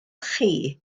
chi